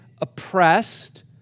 oppressed